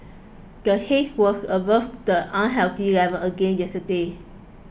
the haze was above the unhealthy level again yesterday